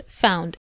found